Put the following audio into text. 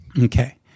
Okay